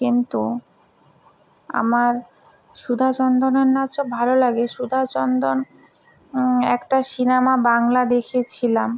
কিন্তু আমার সুধা চন্দ্রনের নাচও ভালো লাগে সুধা চন্দ্রন একটা সিনেমা বাংলা দেখেছিলাম